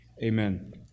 amen